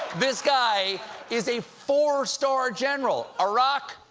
this guy is a four-star general. iraq,